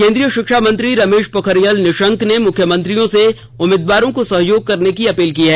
केन्द्रीय शिक्षा मंत्री रमेश पोखरियाल निशंक ने मुख्यमंत्रियों से उम्मीदवारों को सहयोग करने की अपील की है